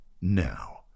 now